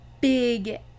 big